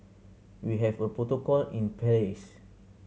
we have a protocol in place